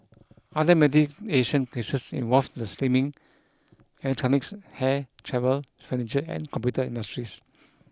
other mediation cases involved the slimming electronics hair travel furniture and computer industries